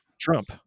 Trump